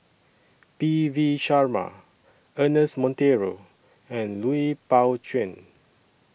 P V Sharma Ernest Monteiro and Lui Pao Chuen